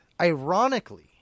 ironically